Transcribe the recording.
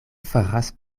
faras